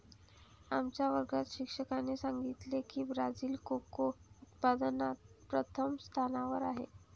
आमच्या वर्गात शिक्षकाने सांगितले की ब्राझील कोको उत्पादनात प्रथम स्थानावर आहे